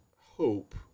hope